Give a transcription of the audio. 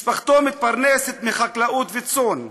משפחתו מתפרנסת מחקלאות ומצאן,